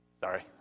Sorry